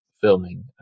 filming